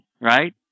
right